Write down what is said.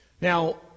Now